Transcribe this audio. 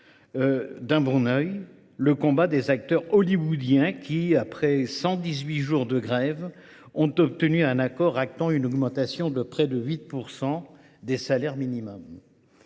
d’un bon œil le combat des acteurs hollywoodiens qui, après 118 jours de grève, ont obtenu une augmentation de près de 8 % du salaire minimum.